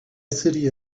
city